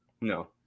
no